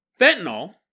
fentanyl